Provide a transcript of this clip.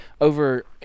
over